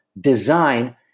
design